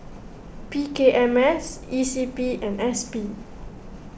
P K M S E C P and S P